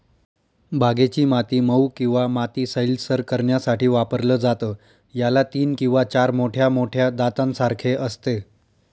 बागेची माती मऊ किंवा माती सैलसर करण्यासाठी वापरलं जातं, याला तीन किंवा चार मोठ्या मोठ्या दातांसारखे असते